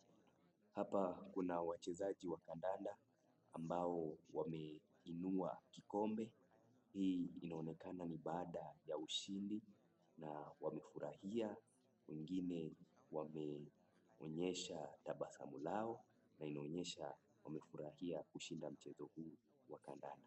Hapa kuna wachezaji wa kandanda ambao wameinua kikombe. Hii inaonekana ni baada ya ushindi na wamefurahia. Wengine wameonyesha tabasamu lao na inaonyesha wamefurahia kushinda mchezo huu wa kandanda.